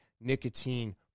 nicotine